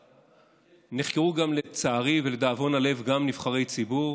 נחקרו, לצערי ולדאבון הלב, גם נבחרי ציבור